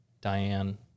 Diane